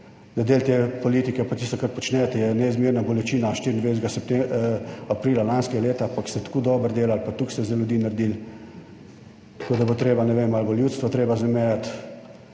da del te politike, pa tisto, kar počnete, je neizmerna bolečina. 24. septembra…, aprila lanskega leta, pa ko ste tako dobro delali, pa toliko ste za ljudi naredili, tako da bo treba, ne vem, ali bo ljudstvo treba zamenjati,